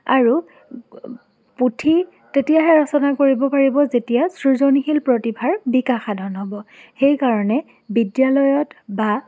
আৰু পুথি তেতিয়াহে ৰচনা কৰিব পাৰিব যেতিয়া সৃজনীশীল প্ৰতিভাৰ বিকাশ সাধন হ'ব সেইকাৰণে বিদ্যালয়ত বা